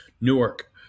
Newark